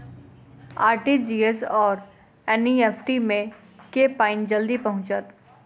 RTGS आओर NEFT मे केँ मे पानि जल्दी पहुँचत